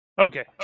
Okay